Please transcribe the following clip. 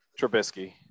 Trubisky